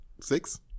six